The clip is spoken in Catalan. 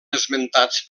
esmentats